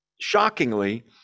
shockingly